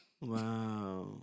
Wow